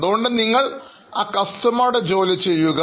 അതുകൊണ്ട് നിങ്ങൾ ആ കസ്റ്റമറുടെ ജോലി ചെയ്യുക